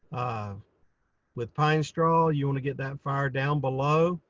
ah with pine straw you want to get that fire down below.